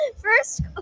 First